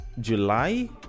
July